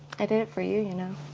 i did it for you, you know.